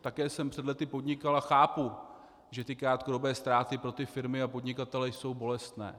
Také jsem před léty podnikal a chápu, že ty krátkodobé ztráty pro ty firmy a podnikatele jsou bolestné.